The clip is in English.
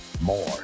more